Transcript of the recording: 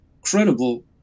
credible